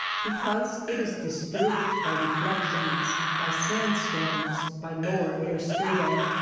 because it is disturbed by reflections, by sand-storms, by lower air strata.